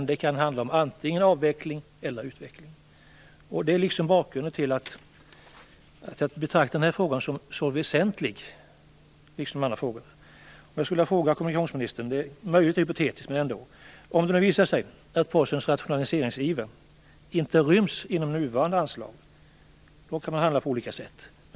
Det kan handla om antingen avveckling eller utveckling. Detta är bakgrunden till att jag betraktar denna fråga, liksom andra frågor, som så väsentlig. Jag vill ställa en - möjligen hypotetisk - fråga till kommunikationsministern. Om det visar sig att Postens rationaliseringsiver inte ryms inom nuvarande anslag kan man handla på olika sätt.